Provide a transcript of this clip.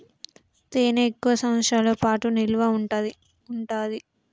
తేనె ఎక్కువ సంవత్సరాల పాటు నిల్వ ఉంటాది